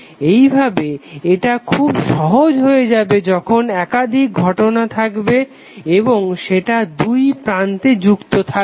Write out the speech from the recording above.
এইভাবে এটা খুব সহজ হয়ে যাবে যখন একাধিক ঘটনা থাকবে এবং সেটা দুই প্রান্তে যুক্ত থাকবে